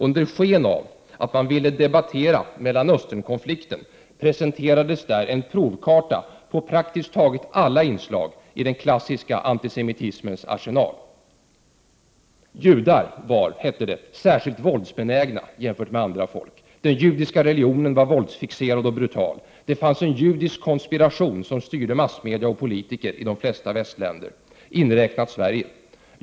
Under sken av att man ville debattera Mellanösternkonflikten presenterades där en provkarta på praktiskt taget alla inslag i den klassiska antisemitismens arsenal. Judar var, hette det, särskilt våldsbenägna jämfört med andra folk. Den judiska religionen var våldsfixerad och brutal. Det fanns en judisk konspiration som styrde massmedia och politiker i de flesta västländer, inräknat Sverige.